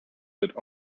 that